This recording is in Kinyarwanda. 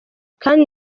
kandi